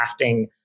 crafting